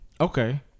Okay